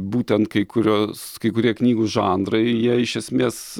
būtent kai kurios kai kurie knygų žanrai jie iš esmės